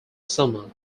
summer